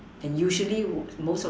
and usually most of